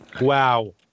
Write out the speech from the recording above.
Wow